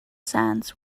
sands